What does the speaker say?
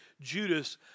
Judas